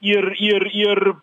ir ir ir